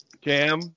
Cam